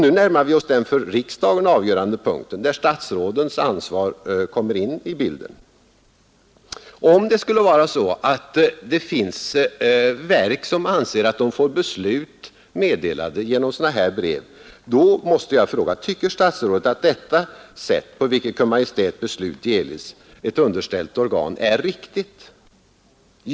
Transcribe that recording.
Nu närmar vi oss också den för riksdagen avgörande punkten, där statsrådens ansvar kommer in i bilden. För den händelse att det skulle finnas verk som anser att de får beslut meddelade genom sådana här brev måste jag fråga: Tycker statsrådet att detta sätt att delge ett underställt organ Kungl. Maj:ts beslut är riktigt?